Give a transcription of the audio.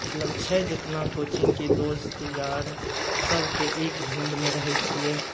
मतलब छै जेतना कोचिंगके दोस्त यार सबके एक झुण्डमे रहय छियै